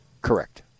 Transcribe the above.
Correct